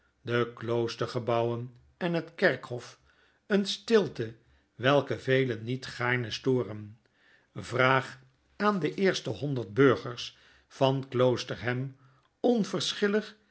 kloostergebouwen en het kerkhof een stilte welke velen niet gaarne storen vraag aan de eerste honderd burgers van kloosterham